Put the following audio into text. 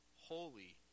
holy